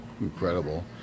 incredible